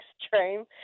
extreme